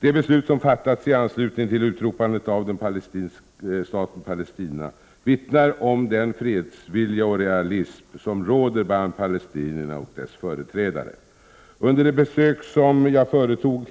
De beslut som fattats i anslutning till utropandet av staten Palestina vittnar om den fredsvilja och realism som råder bland palestinierna och deras företrädare. Under det besök som jag företog